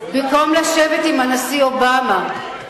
במקום לשבת עם הנשיא אובמה,